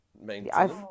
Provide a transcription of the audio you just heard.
maintain